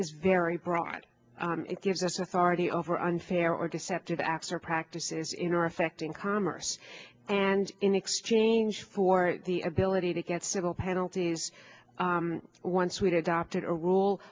is very broad it gives us authority over unfair or deceptive after practices in our affecting commerce and in exchange for the ability to get civil penalties once we did opted a rule